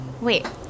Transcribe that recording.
Wait